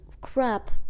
crap